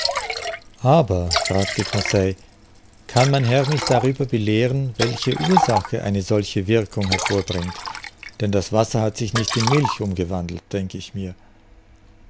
aber fragte conseil kann mein herr mich darüber belehren welche ursache eine solche wirkung hervorbringt denn das wasser hat sich nicht in milch umgewandelt denk ich mir